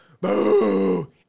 boo